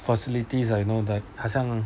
facilities like you know the 好像